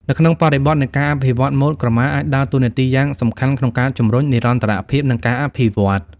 នៅក្នុងបរិបទនៃការអភិវឌ្ឍម៉ូដ ក្រមាអាចដើរតួនាទីយ៉ាងសំខាន់ក្នុងការជំរុញ និរន្តរភាព និងការអភិរក្ស ។